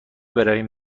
برویم